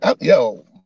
yo